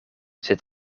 zit